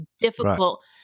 difficult